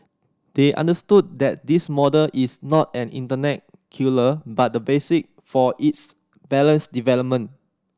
they understood that this model is not an internet killer but the basic for its balanced development